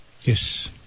Yes